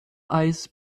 eis